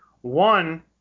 One